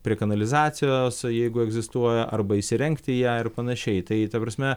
prie kanalizacijos jeigu egzistuoja arba įsirengti ją ir panašiai tai ta prasme